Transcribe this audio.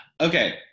Okay